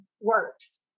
works